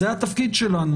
זה התפקיד שלנו.